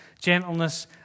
gentleness